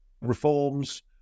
reforms